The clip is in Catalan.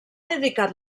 dedicat